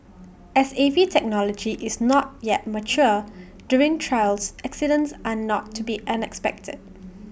as A V technology is not yet mature during trials accidents are not to be unexpected